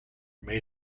made